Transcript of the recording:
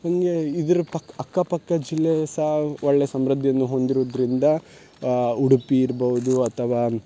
ಹಿಂಗೇ ಇದರ ಪಕ್ಕ ಅಕ್ಕ ಪಕ್ಕ ಜಿಲ್ಲೆ ಸಾ ಒಳ್ಳೆಯ ಸಮೃದ್ಧಿಯನ್ನು ಹೊಂದಿರುದರಿಂದ ಉಡುಪಿ ಇರ್ಬೌದು ಅಥವಾ